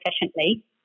efficiently